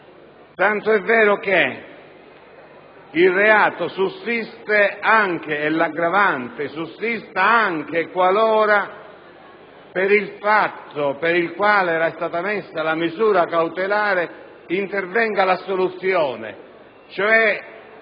tant'è vero che il reato e l'aggravante sussistono anche qualora per il fatto per il quale era stata emessa la misura cautelare intervenga l'assoluzione: ciò